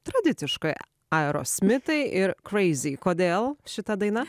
tradiciškai aerosmitai ir crazy kodėl šita daina